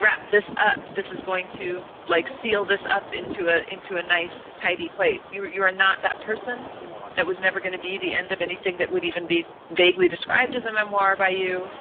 wrap this up. this is going to like seal this up into a into a nice, tidy place. you are you are not that person that was never going to be the end of anything that would even be vaguely described as a memoir by you.